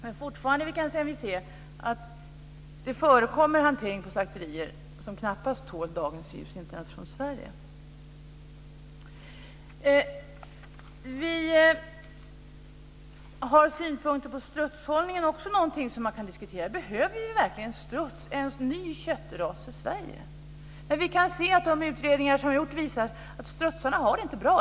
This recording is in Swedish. Men fortfarande kan vi se att det förekommer hantering på slakterier som knappast tål dagens ljus, också i Sverige. Vi har synpunkter på strutshållningen. Det är också någonting som man kan diskutera. Behöver vi verkligen struts - en ny köttras - i Sverige? De utredningar som har gjorts visar att strutsarna inte har det bra.